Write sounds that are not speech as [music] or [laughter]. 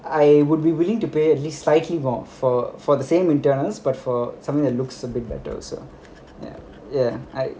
I would be willing to pay err [laughs] for for the same internals but for something that looks a bit better also ya